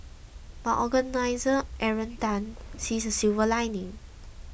but organiser Aaron Tan sees a silver lining